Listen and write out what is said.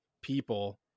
people